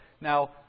Now